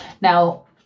Now